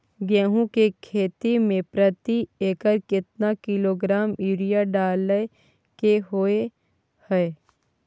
गेहूं के खेती में प्रति एकर केतना किलोग्राम यूरिया डालय के होय हय?